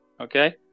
Okay